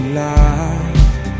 light